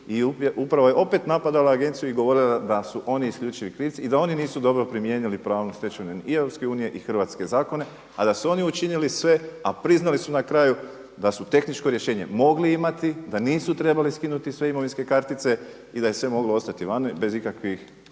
i upravo je opet napadala agenciju i govorila da su oni isključivi krivci i da oni nisu dobro primijenili pravnu stečevinu i EU i hrvatske zakone, a da su oni učinili sve, a priznali su na kraju da su tehničko rješenje mogli imati, da nisu trebali skinuti sve imovinske kartice i da je sve moglo ostati vani bez ikakvih